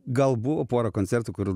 gal buvo pora koncertų kur